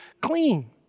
clean